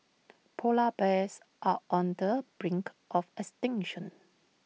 Polar Bears are on the brink of extinction